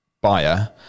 buyer